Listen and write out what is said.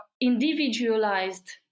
individualized